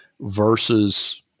versus